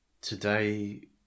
Today